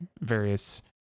various